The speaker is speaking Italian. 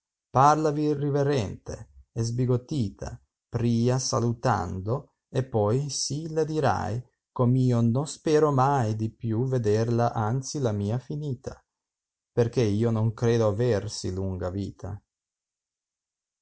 parlavi riverente e sbigottita pria salutando e poi sì le dirai gom io no spero mai di più vederla anzi la mia finita perchè io non credo aver ti lunga vita